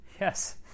Yes